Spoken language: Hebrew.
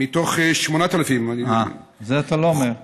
אם אני לא טועה, מתוך 8,000. את זה אתה לא אומר.